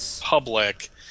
public